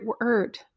word